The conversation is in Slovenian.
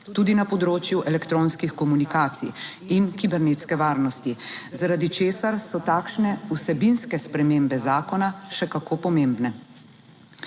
tudi na področju elektronskih komunikacij in kibernetske varnosti, zaradi česar so takšne vsebinske spremembe zakona še kako pomembne.